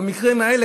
ובמקרים האלה,